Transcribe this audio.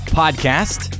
podcast